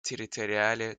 territoriale